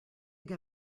get